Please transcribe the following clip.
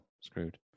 screwed